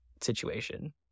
situation